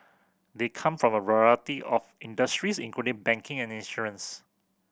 they come from a variety of industries including banking and insurance